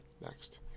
next